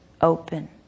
open